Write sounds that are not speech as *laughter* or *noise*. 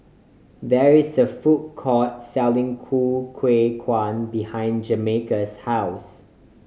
there is a food court selling ku *unintelligible* behind Jamarcus' house